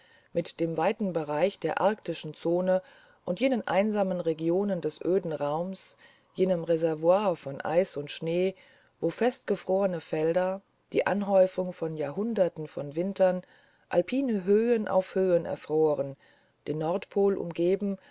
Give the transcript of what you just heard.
mit dem weiten bereich der arktischen zone und jenen einsamen regionen des öden raums jenem reservoir von eis und schnee wo fest gefrorene felder die anhäufung von jahrhunderten von wintern alpine höhen auf höhen erfroren den nordpol umgeben